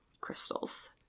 crystals